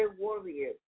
warriors